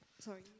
sorry